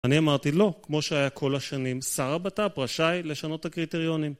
אני אמרתי לא, כמו שהיה כל השנים, שר הבט"פ רשאי לשנות הקריטריונים.